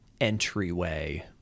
entryway